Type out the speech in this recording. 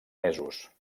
mesos